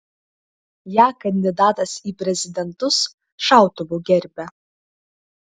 ją kandidatas į prezidentus šautuvu gerbia